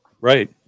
right